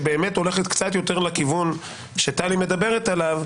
שבאמת הולכת קצת יותר לכיוון שטלי מדברת עליו,